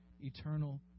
eternal